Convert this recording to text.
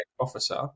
officer